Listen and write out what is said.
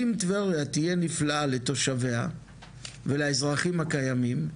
אם טבריה תהיה נפלאה לתושביה ולאזרחים הקיימים,